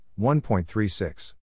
1.36